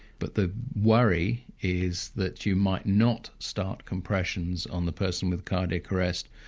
but the worry is that you might not start compressions on the person with cardiac arrest,